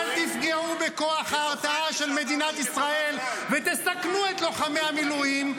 אל תפגעו בכוח ההרתעה של מדינת ישראל ותסכנו את חיילי המילואים.